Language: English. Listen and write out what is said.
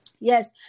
Yes